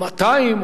או 200,